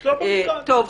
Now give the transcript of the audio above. טוב,